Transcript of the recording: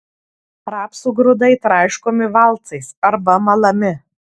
rapsų grūdai traiškomi valcais arba malami